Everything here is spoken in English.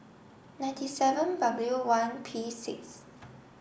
ninety seven W one P six